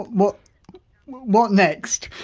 what what next?